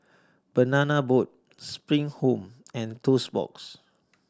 Banana Boat Spring Home and Toast Box